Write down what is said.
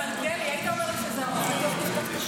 מיכל שיר סגמן (יש עתיד):